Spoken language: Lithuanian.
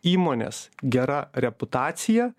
įmonės gera reputacija